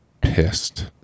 pissed